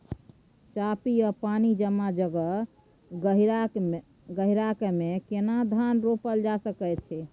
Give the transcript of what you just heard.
चापि या पानी जमा जगह, गहिरका मे केना धान रोपल जा सकै अछि?